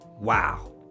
Wow